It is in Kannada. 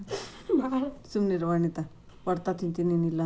ವಿದ್ಯಾರ್ಥಿ ಸಾಲನ ಪಾವತಿಸಕ ಎಷ್ಟು ಟೈಮ್ ತೊಗೋತನ